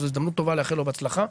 וזו הזדמנות טובה לאחל לו בהצלחה.